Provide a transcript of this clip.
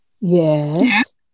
Yes